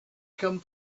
come